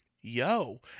yo